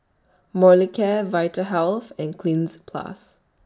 Molicare Vitahealth and Cleanz Plus